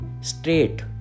straight